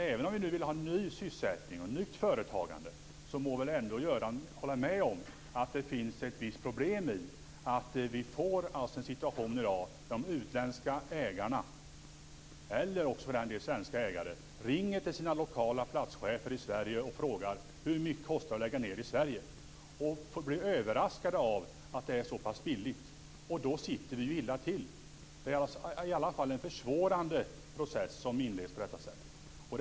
Även om vi vill ha ny sysselsättning och nytt företagande må väl Göran ändå hålla med om att det innebär ett visst problem att vi får situationer där de utländska ägarna, eller för den delen svenska ägare, ringer till sina lokala platschefer i Sverige och frågar hur mycket det kostar att lägga ned i Sverige och blir överraskade av att det är så pass billigt. Då sitter vi ju illa till. Det är i alla fall en försvårande process som inleds på detta sätt.